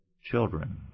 children